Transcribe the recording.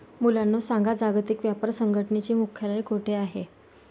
मुलांनो सांगा, जागतिक व्यापार संघटनेचे मुख्यालय कोठे आहे